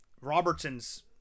Robertson's